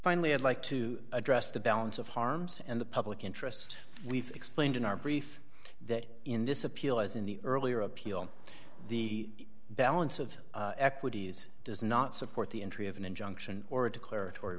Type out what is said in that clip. finally i'd like to address the balance of harms and the public interest we've explained in our brief that in this appeal as in the earlier appeal the balance of equities does not support the entry of an injunction or a declarator